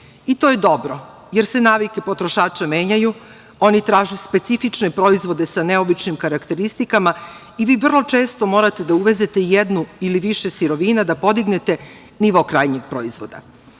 To je dobro, jer se navike potrošača menjaju. Oni traže specifične proizvode sa neobičnim karakteristikama i vi vrlo često morate da uvezete jednu ili više sirovina da bi podigli nivo krajnjeg proizvoda.